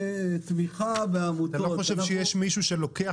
ותמיכה בעמותות --- אתה לא חושב שיש מישהו שלוקח